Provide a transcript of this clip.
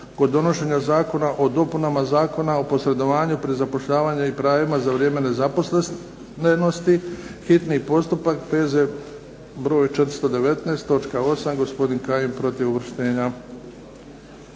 kod donošenja Zakona o dopunama Zakona o posredovanju pri zapošljavanju i pravima za vrijeme nezaposlenosti, hitni postupak, P.Z. br. 419, točka 8? Gospodin Kajin je protiv uvrštenja.